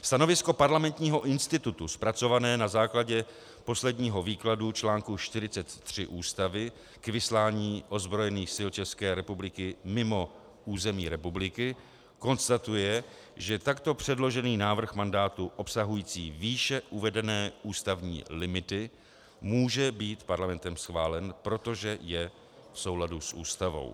Stanovisko Parlamentního institutu zpracované na základě posledního výkladu článku 43 Ústavy k vyslání ozbrojených sil České republiky mimo území republiky konstatuje, že takto předložený návrh mandátu obsahující výše uvedené ústavní limity může být Parlamentem schválen, protože je v souladu s Ústavou.